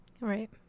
Right